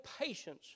patience